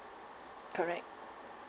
correct